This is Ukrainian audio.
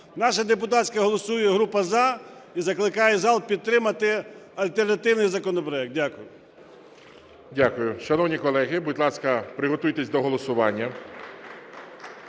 Наша депутатська група голосує "за" і закликає зал підтримати альтернативний законопроект. Дякую. ГОЛОВУЮЧИЙ. Дякую. Шановні колеги, будь ласка, приготуйтесь до голосування.